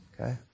okay